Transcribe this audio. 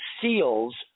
seals